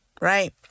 right